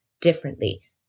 differently